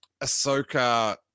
Ahsoka